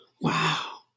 Wow